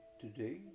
today